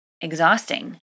exhausting